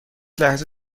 لحظه